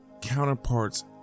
counterparts